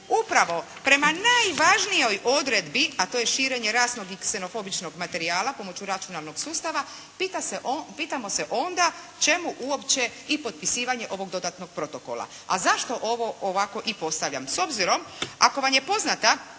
upravo prema najvažnijoj odredbi, a to je širenje rasnog i ksenofobičnog materijala pomoću računalnog sustava, pitamo se onda čemu uopće i potpisivanje ovog dodatnog protokola? A zašto ovo ovakvo i postavljam? S obzirom, ako vam je poznata